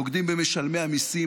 בוגדים במשלמי המיסים,